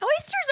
oysters